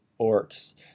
orcs